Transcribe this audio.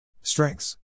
Strengths